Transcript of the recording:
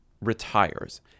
retires